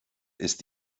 ist